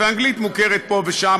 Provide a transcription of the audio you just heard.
והאנגלית מוכרת פה ושם,